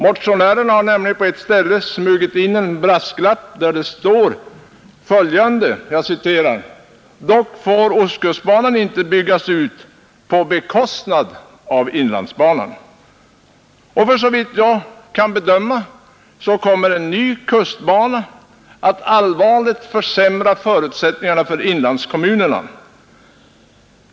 Motionärerna har nämligen på ett ställe smugit in en brasklapp där det står följande: ”Dock får Ostkustbanan inte byggas ut på bekostnad av Inlandsbanan.” Såvitt jag kan bedöma kommer en ny kustbana att allvarligt försämra förutsättningarna för inlandskommunerna.